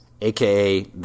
AKA